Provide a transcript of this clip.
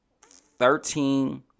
thirteen